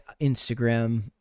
Instagram